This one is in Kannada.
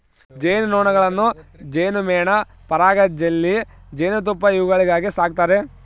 ಜೇನು ನೊಣಗಳನ್ನು ಜೇನುಮೇಣ ಪರಾಗ ಜೆಲ್ಲಿ ಜೇನುತುಪ್ಪ ಇವುಗಳಿಗಾಗಿ ಸಾಕ್ತಾರೆ